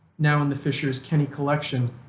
now in the fisher's kenny collection,